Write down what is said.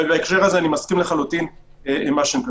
ובהקשר הזה אני מסכים לחלוטין עם מה שהן כתבו.